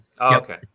Okay